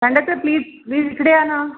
conductor please please इकडे या न